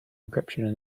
encryption